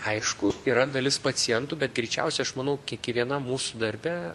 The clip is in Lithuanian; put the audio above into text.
aišku yra dalis pacientų bet greičiausia aš manau kiekvienam mūsų darbe